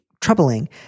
troubling